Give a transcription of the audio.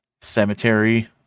Cemetery